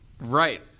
Right